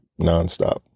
nonstop